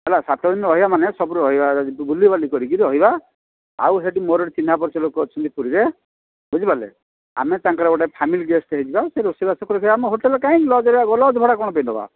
ହେଲା ସାତ ଦିନ ରହିବା ମାନେ ସବୁ ରହିବା ବୁଲିବାଲି କରିକି ରହିବା ଆଉ ସେଇଠି ମୋର ଗୋଟେ ଚିହ୍ନା ପରିଚୟ ଲୋକ ଅଛନ୍ତି ପୁରୀରେ ବୁଝିପାରିଲେ ଆମେ ତାଙ୍କର ଗୋଟେ ଫ୍ୟାମିଲି ଗେଷ୍ଟ୍ ହୋଇଯିବା ସେ ରୋଷେଇବାସ କରିବେ ଆମେ ହୋଟେଲ୍ରେ କାଇଁ ଲଜ୍ରେ ଲଜ୍ ଭଡା କାଇଁ ଦେବା